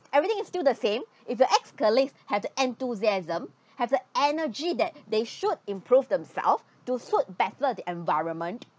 everything is still the same if your ex-colleagues had the enthusiasm have the energy that they should improved themselves to suit better the environment